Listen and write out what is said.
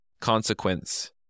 consequence